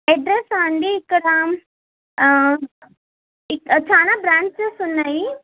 అడ్రసా అండి ఇక్కడ చానా బ్రాంచెస్ ఉన్నాయి